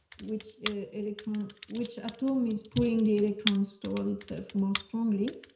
which electron which at home is putting the electrons stall itself more strongly.